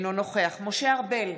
אינו נוכח משה ארבל,